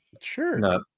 Sure